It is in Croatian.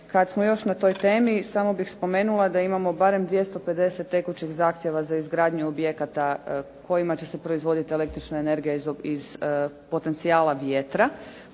Kada smo još na toj temi samo bih spomenula da imamo barem 250 tekućih zahtjeva za izgradnju objekata kojima će se proizvoditi električna energija iz potencijala vjetra.